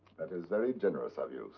that is very generous of you,